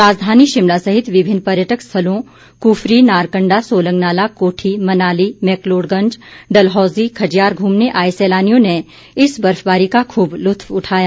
राजधानी शिमला सहित विभिन्न पर्यटक स्थलों कुफरी नारकण्डा सोलंगनाला कोठी मनाली मैकलोडगंज डलहौजी खजियार घूमने आए सैलानियों ने इस बर्फबारी का खूब लुत्फ उठाया